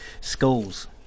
Schools